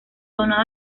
donado